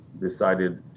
decided